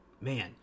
man